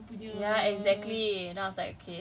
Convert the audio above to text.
cause I'm not subsidised anymore [what] if I extend right